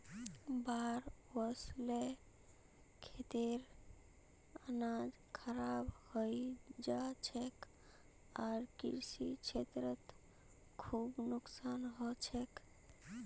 बाढ़ वस ल खेतेर अनाज खराब हई जा छेक आर कृषि क्षेत्रत खूब नुकसान ह छेक